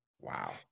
Wow